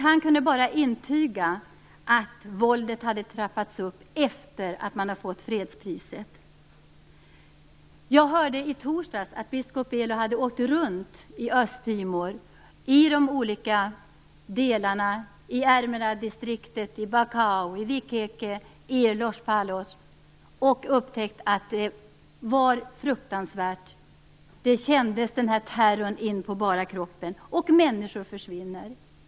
Han kunde bara intyga att våldet hade trappats upp efter att dessa män hade fått fredspriset. Jag hörde i torsdags att biskop Belo hade åkt runt i Baucau, i Viqueque och i Los Palos - och upptäckt att det var fruktansvärt. Terrorn kändes in på bara kroppen. Och människor försvinner.